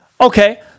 Okay